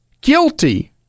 guilty